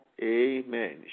Amen